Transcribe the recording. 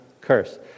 curse